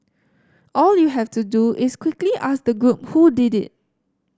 all you have to do is quickly ask the group who did it